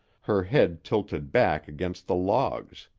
her head tilted back against the logs.